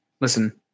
listen